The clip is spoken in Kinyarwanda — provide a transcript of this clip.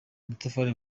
amatafari